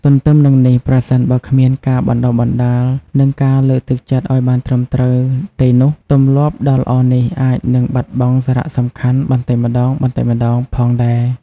ទទ្ទឹមនឹងនេះ ប្រសិនបើគ្មានការបណ្ដុះបណ្ដាល និងការលើកទឹកចិត្តឲ្យបានត្រឹមត្រូវទេនោះ ទម្លាប់ដ៏ល្អនេះអាចនឹងបាត់បង់សារៈសំខាន់បន្តិចម្ដងៗផងដែរ។